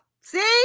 See